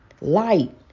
light